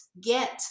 get